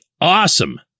awesome